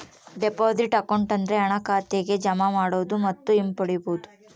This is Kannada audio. ಡೆಪಾಸಿಟ್ ಅಕೌಂಟ್ ಅಂದ್ರೆ ಹಣನ ಖಾತೆಗೆ ಜಮಾ ಮಾಡೋದು ಮತ್ತು ಹಿಂಪಡಿಬೋದು